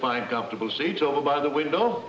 find comfortable seats over by the window